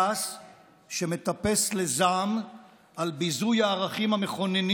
כעס שמטפס לזעם על ביזוי הערכים המכוננים